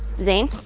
zane?